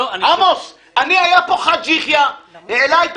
עמוס, היה פה חאג' יחיא, והעלה את